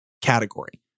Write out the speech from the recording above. category